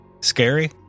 Scary